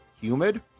humid